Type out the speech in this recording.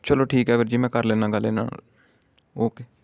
ਚਲੋ ਠੀਕ ਹੈ ਵੀਰ ਜੀ ਮੈਂ ਕਰ ਲੈਂਦਾ ਗੱਲ ਇਹਨਾਂ ਨਾਲ ਓਕੇ